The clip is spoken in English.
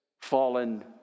fallen